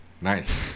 Nice